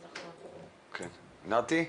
אנחנו מחוברים שוב, נתי?